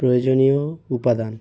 প্রয়োজনীয় উপাদান